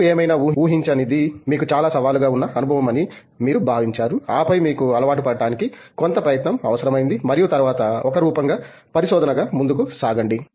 మీకు ఏమైనా ఊహించనిది మీకు చాలా సవాలుగా ఉన్న అనుభవమని మీరు భావించారు ఆపై మీకు అలవాటు పడటానికి కొంత ప్రయత్నం అవసరమైంది మరియు తరువాత ఒక రూపంగా పరిశోధనగా ముందుకు సాగండి